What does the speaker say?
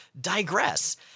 digress